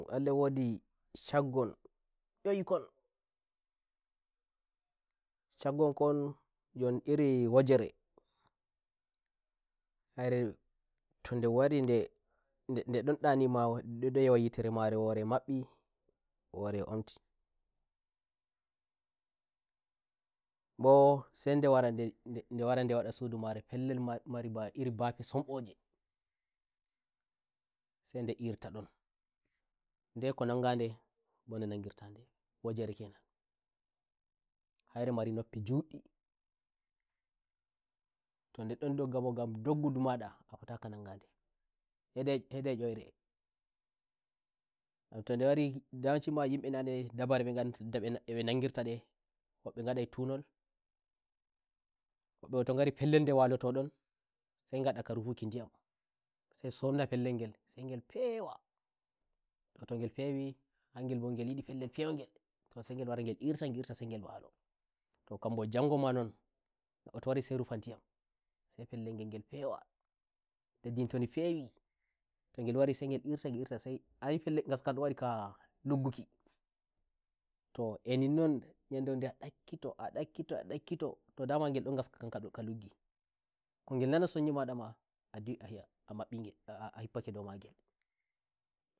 allah wadi shaggon oyikon shaggon konjoni iri wajerehaire tonde wari nde don dani ma dum don wi'a wai yitere mare wore e mabbi wore e ontibo sai nde wara nde wada sudu mare pellel mari ba bafe sombo jesai nde irta ndonnde ko nanga ndebone nangirta ndewajere ke nanhaire mari noppi juddi to nde don dogga bo gam doggudu a fotaka nanga nde hai dai e oyiregam tonde wari yawanci yimbe nane dabare e nbe nangirta dewobbe ngadai tunolwobbe bo to ngari pellel nde waloto donsai ngada ka rufuki ndiyamsai sonna pellel ngelsai ngel fewato to ngel fewihangel bo ngel yidi pellel pewngelto sai ngel wara ngel irtasai ngel waloto kambo jango ma nonneddo to wari sai rufa ndiyamsai pellel ngel ngel fewaleddi ndin tondi fewito ngel wari sai ngel irta ngel irta ayi ngaska kam don wadi ka luggukito e ninnonyandere wonde a dakkito a dakkito a dakkitoto dama ngel don ngaska kam ka luggiko ngel nana sonye mada ma a hippake dowmagel